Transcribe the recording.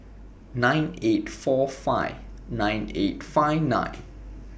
nine eight four five nine eight five nine